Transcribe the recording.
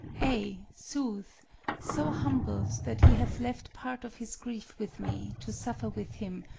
ay, sooth so humbled that he hath left part of his grief with me to suffer with him.